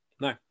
No